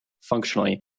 functionally